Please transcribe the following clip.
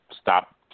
stop